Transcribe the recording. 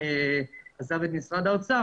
שעזב את משרד האוצר,